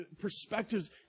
perspectives